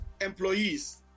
employees